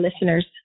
listeners